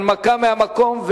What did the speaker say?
הנמקה מהמקום,